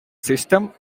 system